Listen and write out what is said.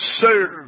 serve